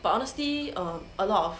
but honesty err a lot of